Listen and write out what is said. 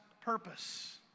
purpose